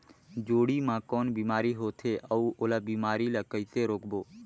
जोणी मा कौन बीमारी होथे अउ ओला बीमारी ला कइसे रोकबो?